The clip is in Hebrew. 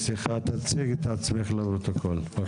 תציגי את עצמך לפרוטוקול, בבקשה.